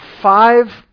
five